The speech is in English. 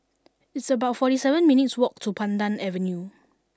it's about forty seven minutes' walk to Pandan Avenue